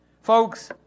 Folks